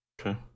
Okay